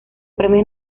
premios